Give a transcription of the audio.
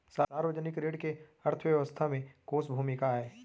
सार्वजनिक ऋण के अर्थव्यवस्था में कोस भूमिका आय?